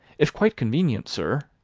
if quite convenient, sir.